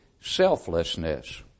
selflessness